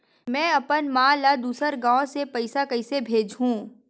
में अपन मा ला दुसर गांव से पईसा कइसे भेजहु?